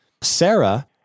Sarah